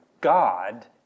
God